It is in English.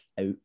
out